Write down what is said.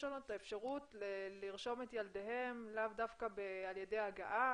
השונות לרשום את ילדיהם לאו דווקא על ידי הגעה,